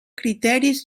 criteris